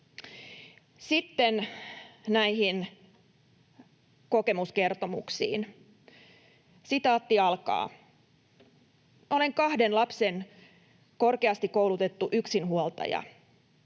Sitten näihin kokemuskertomuksiin: ”Olen kahden lapsen korkeasti koulutettu yksinhuoltaja.